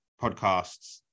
podcasts